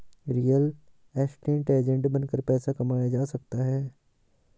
real estate agent बनकर पैसा कमाया जा सकता है